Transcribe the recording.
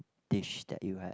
dish that you had